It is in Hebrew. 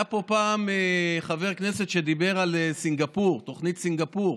היה פה פעם חבר כנסת שדיבר על תוכנית סינגפור,